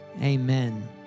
amen